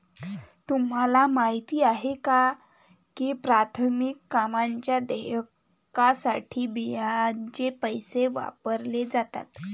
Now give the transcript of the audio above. तुम्हाला माहिती आहे का की प्राथमिक कामांच्या देयकासाठी बियांचे पैसे वापरले जातात?